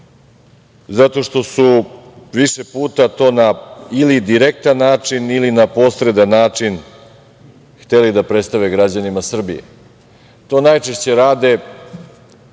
zato što su više puta to, ili na direktan ili na posredan način, hteli da predstave građanima Srbije. To najčešće rade